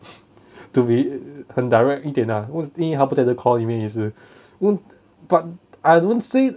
to be 很 direct 一点 lah 因为他不在这个 call 里面也是 but I don't see